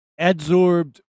adsorbed